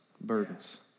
burdens